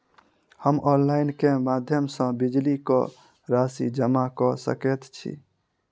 हम ऑनलाइन केँ माध्यम सँ बिजली कऽ राशि जमा कऽ सकैत छी?